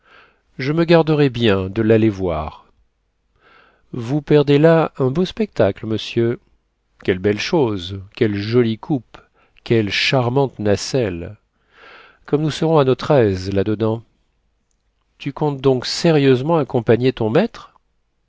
je me garderais bien de l'aller voir vous perdez là un beau spectacle monsieur quelle belle chose quelle jolie coupe quelle charmante nacelle comme nous serons à notre aise là-dedans tu comptes donc sérieusement accompagner ton maître